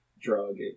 drug